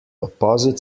opposite